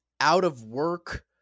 out-of-work